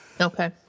Okay